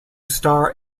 star